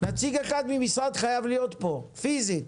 נציג אחד ממשרד חייב להיות פה פיזית.